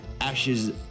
ashes